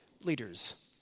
leaders